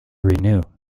renew